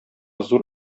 зур